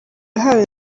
yahawe